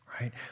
right